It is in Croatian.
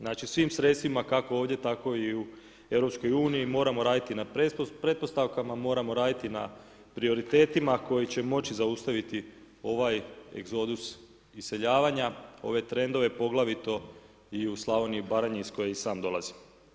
Znači, svim sredstvima kako ovdje, tako i u EU, moramo raditi na pretpostavkama, moramo raditi na. prioritetima koji će moći zaustaviti ovaj egzodus iseljavanja, ove trendove poglavito i u Slavoniji i Baranji iz koje i sam dolazim.